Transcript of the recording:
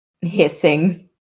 hissing